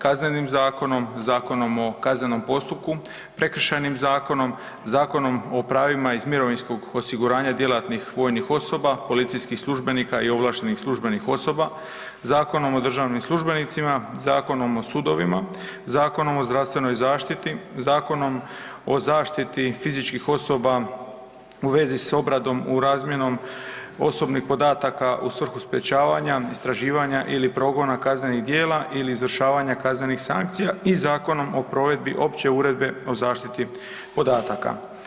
Kaznenim zakonom, Zakonom o kaznenom postupku, Prekršajnim zakonom, zakonom o pravima iz mirovinskog osiguranja djelatnih vojnih osoba, policijskih službenika i ovlaštenih službenih osoba, Zakonom o državnim službenicima, Zakonom o sudovima, Zakonom o zdravstvenoj zaštiti, Zakonom o zaštiti fizičkih osoba u vezi s obradom u razmjenom osobnih podataka u svrhu sprječavanja, istraživanja ili progona kaznenih djela ili izvršavanja kaznenih sankcija i Zakona o provedbi Opće uredbe o zaštiti podataka.